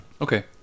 Okay